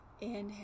Inhale